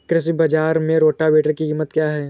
कृषि बाजार में रोटावेटर की कीमत क्या है?